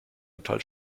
metall